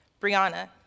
Brianna